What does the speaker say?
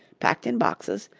packed in boxes,